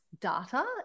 data